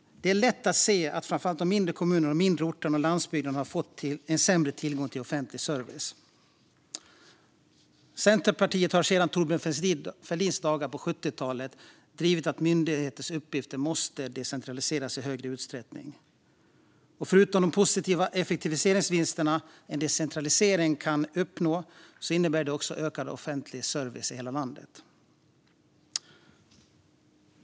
Det är lätt att se att framför allt de mindre kommunerna, de mindre orterna och landsbygden har fått en sämre tillgång till offentlig service. Centerpartiet har sedan Thorbjörn Fälldins dagar på 70-talet drivit att myndigheters uppgifter måste decentraliseras i större utsträckning. Förutom de positiva effektiviseringsvinster en decentralisering kan uppnå innebär det en ökad offentlig service i hela landet.